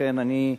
לכן אני,